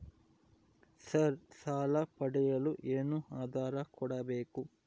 Sir ಸಾಲ ಪಡೆಯಲು ಏನು ಆಧಾರ ಕೋಡಬೇಕು?